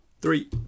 three